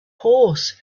horse